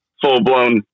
full-blown